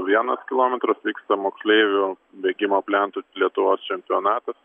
vienas kilometras vyksta moksleivių bėgimo plentu lietuvos čempionatas